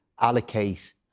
allocate